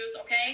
Okay